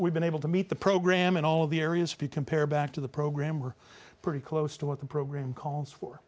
we've been able to meet the program in all of the areas be compared back to the program or pretty close to what the program calls for